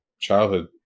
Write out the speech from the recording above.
childhood